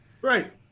Right